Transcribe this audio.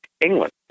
England